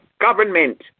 government